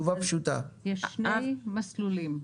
יש שני מסלולים.